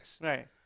Right